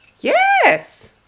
Yes